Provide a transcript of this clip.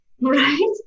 right